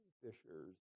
fishers